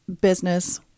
business